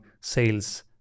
sales